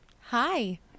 Hi